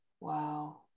Wow